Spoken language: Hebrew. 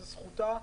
זו זכותה,